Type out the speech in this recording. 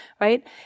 right